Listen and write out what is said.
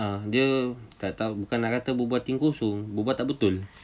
(uh huh) dia tak tahu bukan nak kata berbual tin kosong berbual tak betul